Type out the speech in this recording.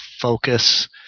focus